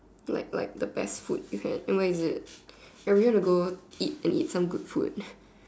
like like the best food you can and where is it and we wanna go eat and eat some good food